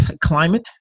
climate